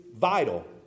vital